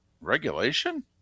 regulation